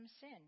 sin